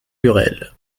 lurel